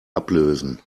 ablösen